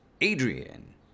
Adrian